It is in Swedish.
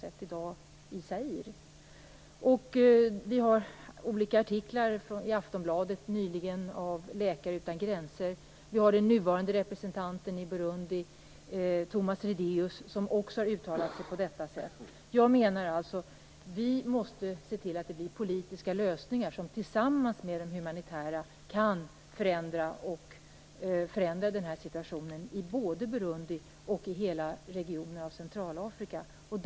Det har nyligen förekommit artiklar i Aftonbladet från Läkare utan gränser, och den nuvarande representanten i Burundi, Thomas Ridaeus, har uttalat sig på motsvarande sätt. Jag menar att vi måste se till att det blir politiska lösningar som tillsammans med de humanitära kan förändra situationen både i Burundi och i hela den centralafrikanska regionen.